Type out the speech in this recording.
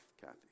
Kathy